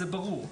זה ברור.